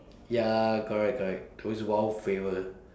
ya correct correct those wild flavoured